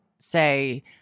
say